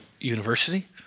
University